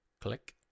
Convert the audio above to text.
Click